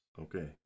Okay